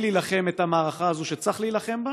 להילחם את המערכה הזו שצריך להילחם בה